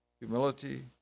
humility